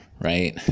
right